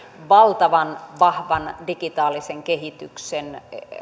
valtavan vahvan digitaalisen kehityksen